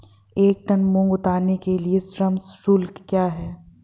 एक टन मूंग उतारने के लिए श्रम शुल्क क्या है?